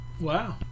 wow